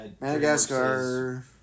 Madagascar